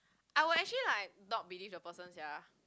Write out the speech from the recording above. I would actually like not believe the person sia